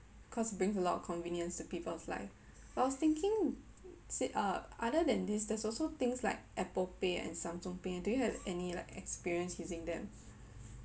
cause it brings a lot of convenience to people's life but I was thinking sit uh other than this there's also things like Apple Pay and Samsung Pay do you have any like experience using them